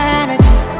energy